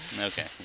Okay